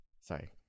sorry